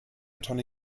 tonne